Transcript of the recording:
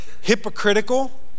hypocritical